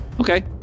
Okay